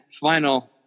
final